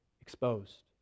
exposed